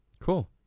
Cool